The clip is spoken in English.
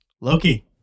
Loki